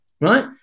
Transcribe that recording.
right